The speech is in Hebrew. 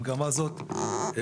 המגמה הזו המשיכה.